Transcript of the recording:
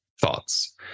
thoughts